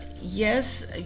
yes